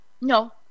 No